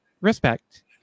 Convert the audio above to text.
respect